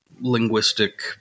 linguistic